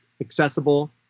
accessible